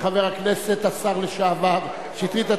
וחבר הכנסת השר לשעבר שטרית,